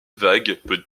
peut